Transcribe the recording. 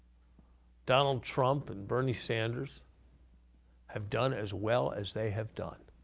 donald trump and bernie sanders have done as well as they have done,